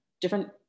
different